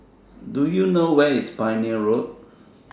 Do YOU know Where IS Pioneer Road